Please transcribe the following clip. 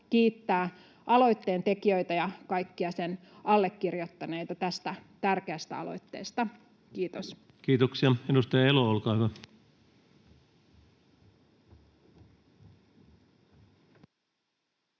kiittää aloitteentekijöitä ja kaikkia sen allekirjoittaneita tästä tärkeästä aloitteesta. — Kiitos. Kiitoksia. — Edustaja Elo, olkaa hyvä.